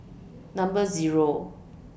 Number Zero